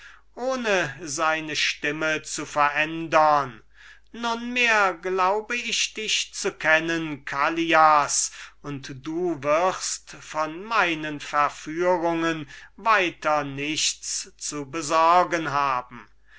ohne seine stimme zu verändern nunmehr glaube ich dich zu kennen callias und du wirst von meinen verführungen weiter nichts zu besorgen haben